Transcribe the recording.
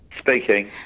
Speaking